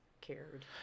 cared